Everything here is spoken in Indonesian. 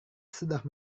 sudah